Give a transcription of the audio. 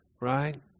right